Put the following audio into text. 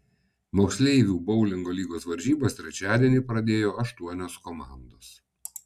moksleivių boulingo lygos varžybas trečiadienį pradėjo aštuonios komandos